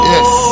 Yes